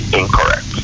incorrect